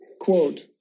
Quote